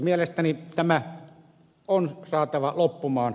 mielestäni tämä on saatava loppumaan